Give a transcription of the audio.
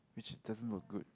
which is doesn't look good